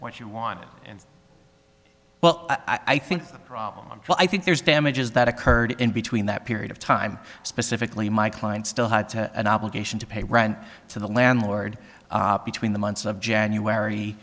what you want well i think the problem well i think there's damages that occurred in between that period of time specifically my client still had an obligation to pay rent to the landlord between the months of january